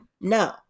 no